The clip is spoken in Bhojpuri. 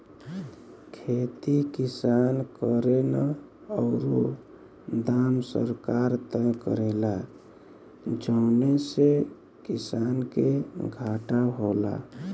खेती किसान करेन औरु दाम सरकार तय करेला जौने से किसान के घाटा होला